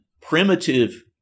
primitive